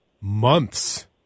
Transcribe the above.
months